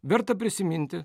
verta prisiminti